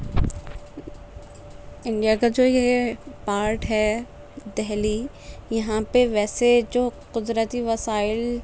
India کا جو یہ پارٹ ہے دہلی یہاں پہ ویسے جو قدرتی وسائل